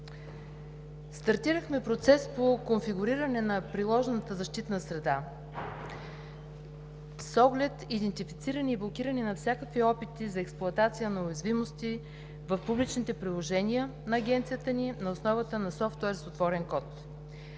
Стартирахме процес по конфигуриране на приложната защитна среда с оглед идентифициране и блокиране на всякакви опити за експлоатация на уязвимости в публичните приложения на Агенцията ни на основата на софтуер с отворен код;